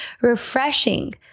refreshing